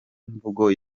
mvugo